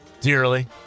dearly